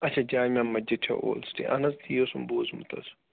اچھا جامعہ مَسجِد چھےٚ old city اَہَن حظ تی اوسُم بوٗزمُت حظ